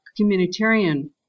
communitarian